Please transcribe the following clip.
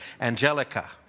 Angelica